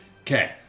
Okay